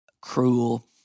cruel